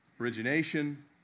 origination